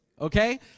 Okay